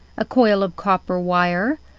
a coil of copper wire,